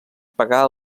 pagà